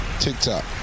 TikTok